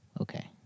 okay